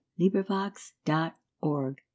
LibriVox.org